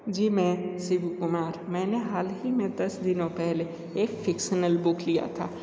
जी मैं शिव कुमार मैंने हाल ही में दस दिनों पहले एक फिक्सनल बुक लिया था